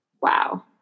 Wow